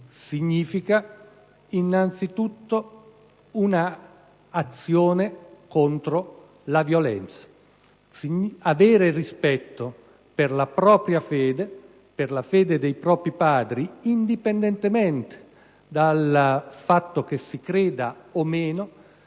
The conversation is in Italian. è, innanzitutto, un'azione contro la violenza. Nutrire e pretendere rispetto per la propria fede, per la fede dei propri padri, indipendentemente dal fatto che si creda o meno,